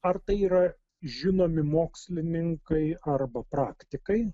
ar tai yra žinomi mokslininkai arba praktikai